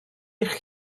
eich